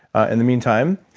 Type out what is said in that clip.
and the meantime,